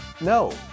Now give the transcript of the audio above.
No